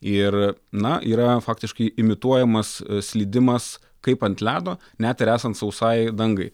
ir na yra faktiškai imituojamas slydimas kaip ant ledo net ir esant sausai dangai